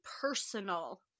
personal